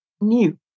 new